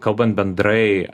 kalbant bendrai